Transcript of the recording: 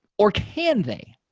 or can they?